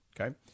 Okay